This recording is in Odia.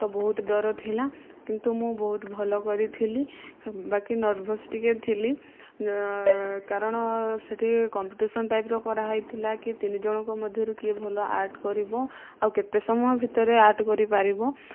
ତ ବହୁତ ଡର ଥିଲା କିନ୍ତୁ ମୁଁ ବହୁତ ଭଲ କରିଥିଲି ବାକି ନର୍ଭସ ଟିକେ ଥିଲି କାରଣ ସେଠି କମ୍ପିଟିସନ୍ ଟାଇପ୍ର କରାହୋଇଥିଲା କି ତିନି ଜଣଙ୍କ ମଧ୍ୟରୁ କିଏ ଭଲ ଆର୍ଟ କରିବ ଆଉ କେତେ ସମୟ ଭିତରେ ଆର୍ଟ କରିପାରିବ